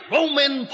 Roman